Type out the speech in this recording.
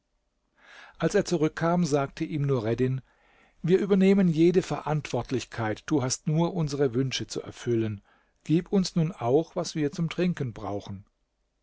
als er zurückkam sagte ihm nureddin wir übernehmen jede verantwortlichkeit du hast nur unsere wünsche zu erfüllen gib uns nun auch was wir zum trinken brauchen